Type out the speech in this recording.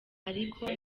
ariko